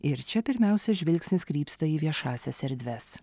ir čia pirmiausia žvilgsnis krypsta į viešąsias erdves